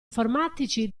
informatici